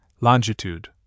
longitude